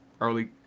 early